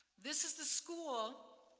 this is the school,